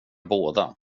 båda